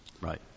right